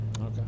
Okay